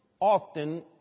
often